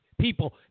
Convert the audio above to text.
people